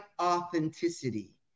authenticity